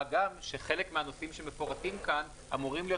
מה גם שחלק מהנושאים שמפורטים כאן אמורים להיות